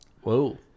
whoa